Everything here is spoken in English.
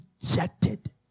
rejected